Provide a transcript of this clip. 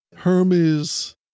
Hermes